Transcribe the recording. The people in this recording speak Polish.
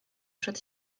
przed